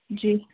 جی